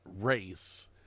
race